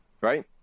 right